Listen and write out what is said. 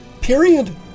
Period